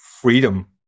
freedom